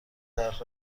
چرخ